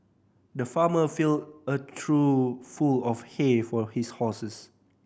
the farmer filled a trough full of hay for his horses